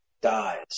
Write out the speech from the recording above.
dies